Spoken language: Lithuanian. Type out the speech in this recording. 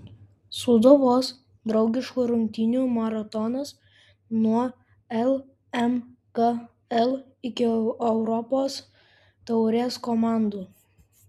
sūduvos draugiškų rungtynių maratonas nuo lmkl iki europos taurės komandų